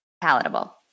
palatable